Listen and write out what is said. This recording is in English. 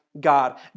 God